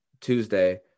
Tuesday